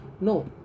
no